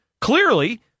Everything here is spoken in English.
clearly